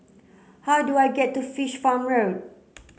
how do I get to Fish Farm Road